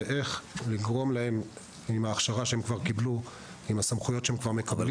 איך לגרום להם עם ההכשרה שהם קיבלו ועם הסמכויות שהם כבר מקבלים